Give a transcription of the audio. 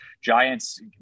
giants